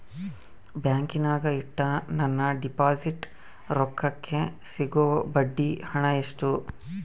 ಬ್ಯಾಂಕಿನಾಗ ಇಟ್ಟ ನನ್ನ ಡಿಪಾಸಿಟ್ ರೊಕ್ಕಕ್ಕೆ ಸಿಗೋ ಬಡ್ಡಿ ಹಣ ಎಷ್ಟು?